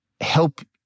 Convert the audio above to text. help